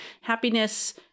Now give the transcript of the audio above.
happiness